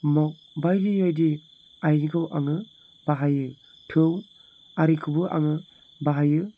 माग बायदि बायदि आयजेंखौ आङो बाहायो थौ आरिखौबो आङो बाहायो